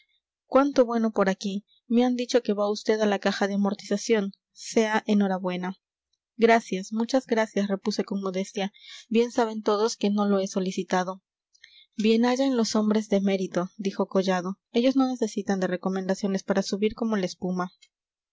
cuánto bueno por aquí me han dicho que va vd a la caja de amortización sea enhorabuena gracias muchas gracias repuse con modestia bien saben todos que no lo he solicitado bien hayan los hombres de mérito dijo collado ellos no necesitan de recomendaciones para subir como la espuma